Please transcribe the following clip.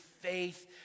faith